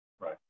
Right